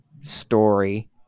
story